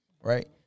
right